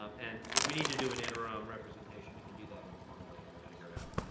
um and if we need to do an interim representation we can do that informally and we'll figure it out